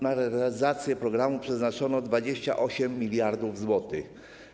Na realizację programu przeznaczono 28 mld zł.